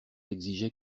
exigeait